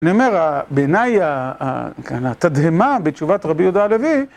אני אומר, בעיניי התדהמה בתשובת רבי יהודה הלוי